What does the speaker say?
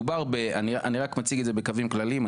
אני רק מציג את זה בקווים כלליים.